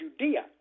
Judea